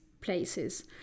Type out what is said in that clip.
places